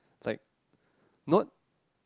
it's like not